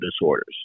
disorders